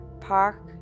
Park